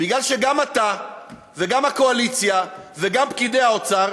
בגלל שגם אתה וגם הקואליציה וגם פקידי האוצר,